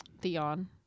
Theon